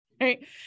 Right